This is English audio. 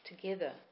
together